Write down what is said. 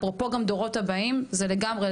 יכתיבו לנו איזה יצירה לגיטימית ואיזה לא,